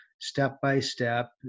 step-by-step